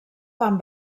van